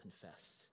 confess